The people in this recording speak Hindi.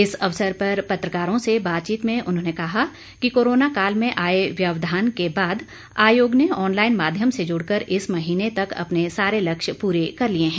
इस अवसर पर पत्रकारों से बातचीत में उन्होंने कहा कि कोरोना काल में आए व्यावधान के बाद आयोग ने ऑनलाइन माध्यम से जुड़कर इस महीने तक अपने सारे लक्ष्य पूरे कर लिए हैं